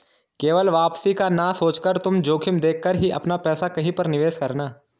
केवल वापसी का ना सोचकर तुम जोखिम देख कर ही अपना पैसा कहीं पर निवेश करना